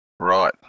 Right